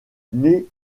née